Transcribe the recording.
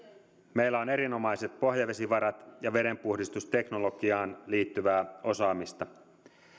meillä on erinomaiset pohjavesivarat ja vedenpuhdistusteknologiaan liittyvää osaamista